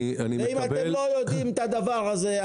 אם אתם לא יודעים את הדבר הזה,